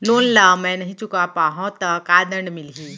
Loan ला मैं नही चुका पाहव त का दण्ड मिलही?